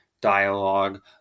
dialogue